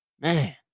man